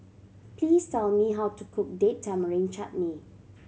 please tell me how to cook Date Tamarind Chutney